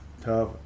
Tough